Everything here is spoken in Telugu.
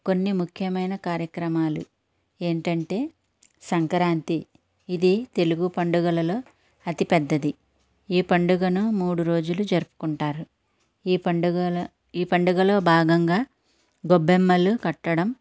కొన్ని ముఖ్యమైన కార్యక్రమాలు ఏంటంటే సంక్రాంతి ఇది తెలుగు పండుగలలో అతి పెద్దది ఈ పండుగను మూడురోజులు జరుపుకుంటారు ఈ పండుగల ఈ పండుగలో భాగంగా గొబ్బెమ్మలు కట్టడం